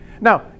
Now